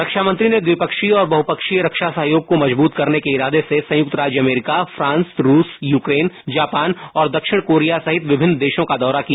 रक्षामंत्री ने द्विपक्षीय और बहुपक्षीय रक्षा सहयोग को मजबूत करने के इरादे से संयुक्त राष्ट्र अमरीका फ्रांस रूस यक्रेन जापान और दक्षिण कोरिया सहित विभिन्न देशों का दौरा किया